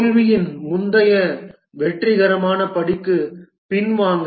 தோல்வியின் முந்தைய வெற்றிகரமான படிக்கு பின்வாங்க